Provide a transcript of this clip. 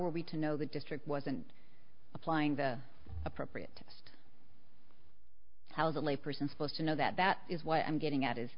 were we to know the district wasn't applying the appropriate how's only person supposed to know that that is what i'm getting at is